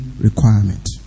requirement